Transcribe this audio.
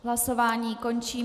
Hlasování končím.